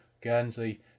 Guernsey